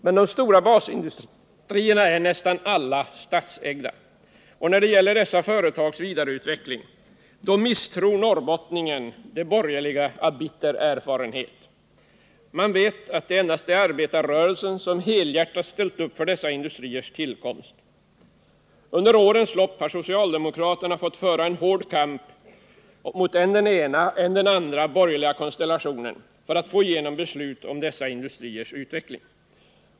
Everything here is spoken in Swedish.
Men de stora basindustrierna är nästan alla statsägda, och när det gäller dessa företags vidareutveckling misstror norrbottningen de borgerliga av bitter erfarenhet. Man vet att det endast är arbetarrörelsen, som helhjärtat ställt upp för dessa industriers tillkomst. Under årens lopp har socialdemokraterna fått föra en hård kamp mot än den ena, än den andra borgerliga konstellationen, för att få igenom beslut om dessa industriers utveckling.